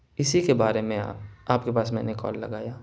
اسی کے بارے میں آپ آپ کے پاس میں نے کال لگایا